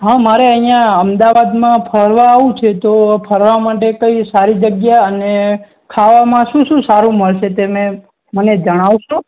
હા મારે અહીંયા અમદાવાદમાં ફરવા આવવું છે તો ફરવા માટે કઈ સારી જગ્યા અને ખાવામાં શું શું સારું મળશે તમે મને જણાવશો